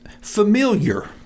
familiar